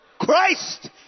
Christ